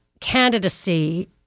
candidacy